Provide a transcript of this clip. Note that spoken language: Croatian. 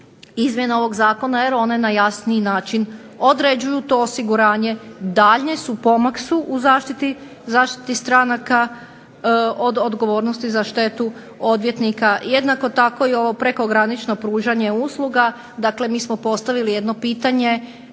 izmjene ovoga zakona, jer one na jasniji način određuju to osiguranje, daljnji pomak su u zaštiti stranaka od odgovornosti za štetu odvjetnika, jednako tako i ovo prekogranično pružanje usluga. Dakle, mi smo postavili jedno pitanje